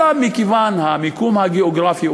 אלא בגלל המקום הגיאוגרפי,